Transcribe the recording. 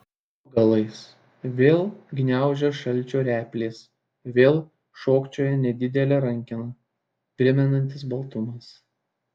po galais vėl gniaužia šalčio replės vėl šokčioja nedidelę rankeną primenantis baltumas